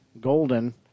Golden